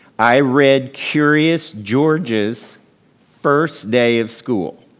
i read curious george's first day of school